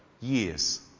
years